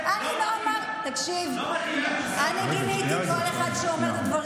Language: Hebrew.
תקשיב, תקשיב, אני אגיד לך ככה,